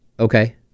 Okay